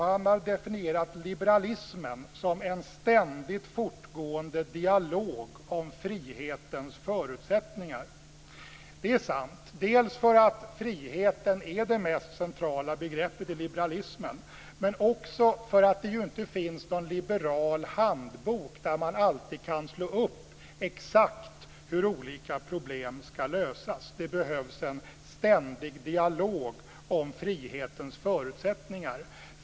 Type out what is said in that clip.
Han har definierat liberalismen som en ständigt fortgående dialog om frihetens förutsättningar. Det är sant, eftersom friheten är det mest centrala begreppet i liberalismen men också därför att det inte finns någon liberal handbok där man alltid kan slå upp exakt hur olika problem ska lösas. Det behövs en ständig dialog om frihetens förutsättningar.